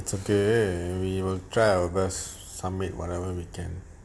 it's okay we will try our best submit whatever we can